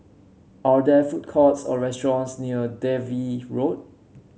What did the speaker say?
are there food courts or restaurants near Dalvey Road